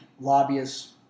lobbyists